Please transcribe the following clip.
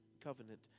covenant